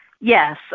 Yes